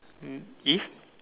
um if